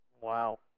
Wow